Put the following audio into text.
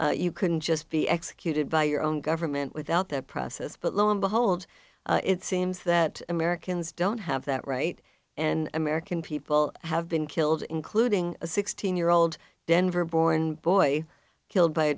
that you couldn't just be executed by your own government without that process but lo and behold it seems that americans don't have that right and american people have been killed including a sixteen year old denver born boy killed by a